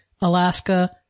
Alaska